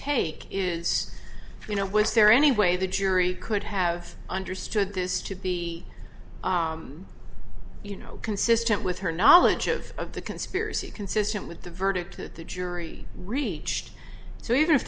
take is you know was there any way the jury could have understood this to be you know consistent with her knowledge of the conspiracy consistent with the verdict that the jury reached so even if